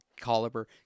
caliber